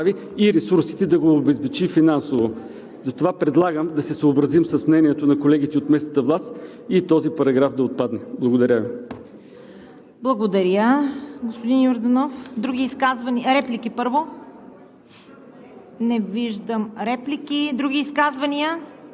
законотворческите възможности да налага това, което иска да направи и ресурсите да го обезпечи финансово. Затова предлагам да се съобразим с мнението на колегите от местната власт и този параграф да отпадне. Благодаря Ви. ПРЕДСЕДАТЕЛ ЦВЕТА КАРАЯНЧЕВА: Благодаря, господин Йорданов. Реплики? Не виждам реплики.